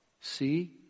See